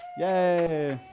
yay!